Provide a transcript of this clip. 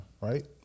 right